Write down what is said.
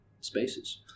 spaces